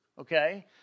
okay